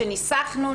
שניסחנו,